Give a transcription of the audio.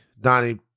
Donnie